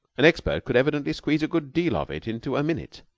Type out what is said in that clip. an expert could evidently squeeze a good deal of it into a minute.